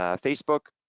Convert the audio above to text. ah facebook,